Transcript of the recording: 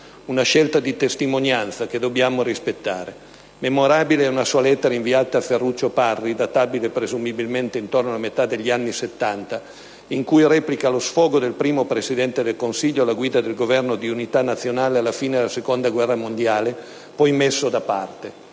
Una scelta di testimonianza, che dobbiamo rispettare. Memorabile è una sua lettera inviata a Ferruccio Parri, databile presumibilmente intorno alla metà degli anni Settanta, in cui replica allo sfogo del primo Presidente del Consiglio alla guida del Governo di unità nazionale alla fine della seconda Guerra mondiale, poi messo da parte: